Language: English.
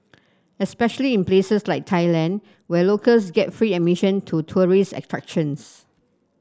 especially in places like Thailand where locals get free admission to tourist